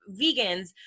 vegans